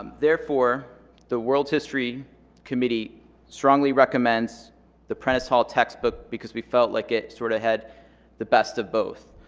um therefore the world's history committee strongly recommends the prentice-hall textbook because we felt like it sort of had the best of both.